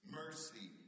mercy